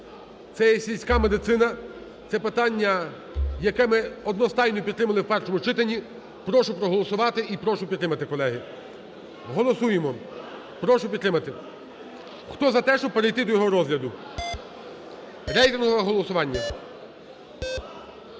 це є сільська медицина, це є питання, яке ми одностайно підтримали в першому читанні. Прошу проголосувати і прошу підтримати, колеги. Голосуємо, прошу підтримати. Хто за те, щоб перейти до його розгляду, рейтингове голосування.